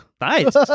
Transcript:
Nice